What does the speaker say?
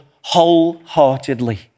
wholeheartedly